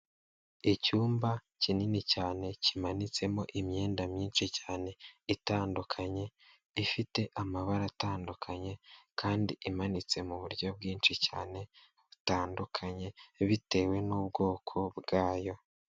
Icyumba kinini cyane kimanitsemo imyenda myinshi cyane itandukanye ifite amabara atandukanye kandi imanitse mu buryo bwinshi cyane butandukanye bitewe n'ubwoko bwayo.